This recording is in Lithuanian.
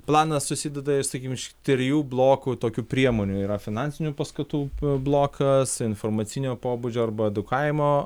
planas susideda iš sakykim šių trijų blokų tokių priemonių yra finansinių paskatų blokas informacinio pobūdžio arba edukavimo